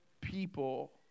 people